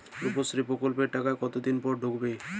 রুপশ্রী প্রকল্পের টাকা কতদিন পর ঢুকবে?